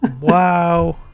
Wow